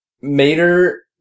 Mater